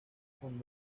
con